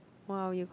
!wow!